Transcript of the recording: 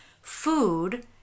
Food